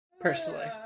personally